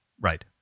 Right